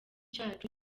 cyacu